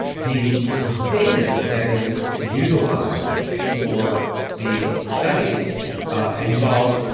the the data that is utilized for these studies ah involves